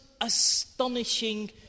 astonishing